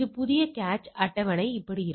புதிய கேச் அட்டவணை இப்படி இருக்கும்